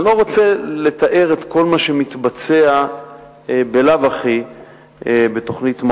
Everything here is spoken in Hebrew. אני לא רוצה לתאר את כל מה שמתבצע בלאו הכי בתוכנית מעו"ף,